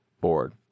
board